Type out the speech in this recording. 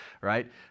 right